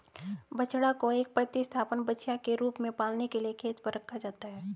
बछड़ा को एक प्रतिस्थापन बछिया के रूप में पालने के लिए खेत पर रखा जाता है